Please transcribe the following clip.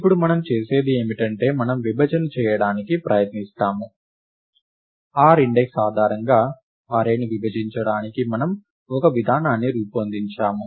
ఇప్పుడు మనం చేసేది ఏమిటంటే మనము విభజన చేయడానికి ప్రయత్నిస్తాము r ఇండెక్స్ ఆధారంగా అర్రేని విభజించడానికి మనము ఒక విధానాన్ని రూపొందించాము